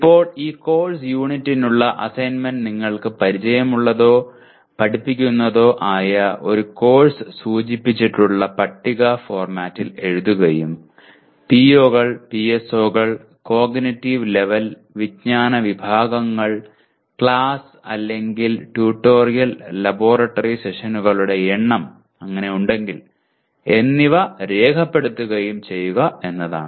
ഇപ്പോൾ ഈ കോഴ്സ് യൂണിറ്റിനുള്ള അസൈൻമെന്റ് നിങ്ങൾക്ക് പരിചയമുള്ളതോ പഠിപ്പിക്കുന്നതോ ആയ ഒരു കോഴ്സ് സൂചിപ്പിച്ചിട്ടുള്ള പട്ടിക ഫോർമാറ്റിൽ എഴുതുകയും POs PSOs കോഗ്നിറ്റീവ് ലെവൽ വിജ്ഞാന വിഭാഗങ്ങൾ ക്ലാസ് അല്ലെങ്കിൽ ട്യൂട്ടോറിയൽലബോറട്ടറി സെഷനുകളുടെ എണ്ണം അങ്ങനെ ഉണ്ടെങ്കിൽ എന്നിവ രേഖപ്പെടുത്തുകയും ചെയ്യുക എന്നതാണ്